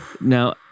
Now